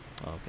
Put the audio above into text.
Okay